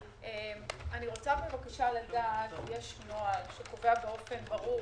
אני רוצה בבקשה לדעת, יש נוהל שקובע באופן ברור